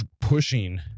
pushing